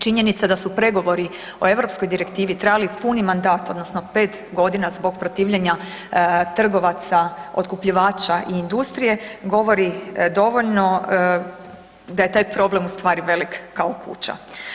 Činjenica da su pregovori o europskoj direktivi trajali puni mandat odnosno 5.g. zbog protivljenja trgovaca otkupljivača i industrije govori dovoljno da je taj problem u stvari velik kao kuća.